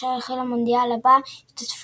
כאשר החל מהמונדיאל הבא ישתתפו